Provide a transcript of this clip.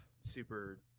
super